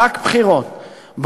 רק בחירות,